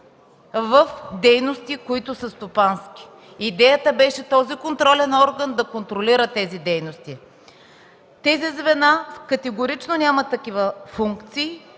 в стопански дейности. Идеята беше този контролен орган да контролира тези дейности. Тези звена категорично нямат такива функции